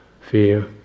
fear